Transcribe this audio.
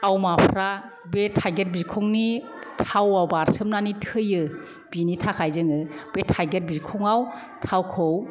आवमाफ्रा बे थाइगेर बिखंनि थावआव बारसोमनानै थैयो बिनि थाखाय जोङो बे थाइगेर बिखंआव थावखौ